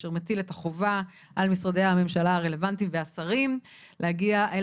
אשר מטיל את החובה על משרדי הממשלה הרלוונטיים והשרים להגיע אל